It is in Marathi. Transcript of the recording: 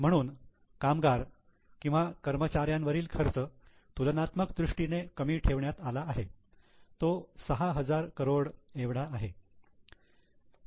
म्हणून कामगार कर्मचाऱ्यांवरील खर्च तुलनात्मक दृष्टीने कमी ठेवण्यात आला आहे तो 6000 करोड एवढा आहे